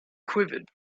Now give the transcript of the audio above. quivered